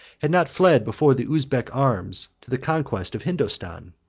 had not fled before the uzbek arms to the conquest of hindostan.